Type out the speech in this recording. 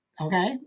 Okay